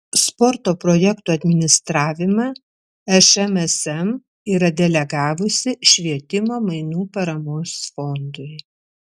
sporto projektų administravimą šmsm yra delegavusi švietimo mainų paramos fondui